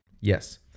Yes